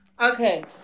okay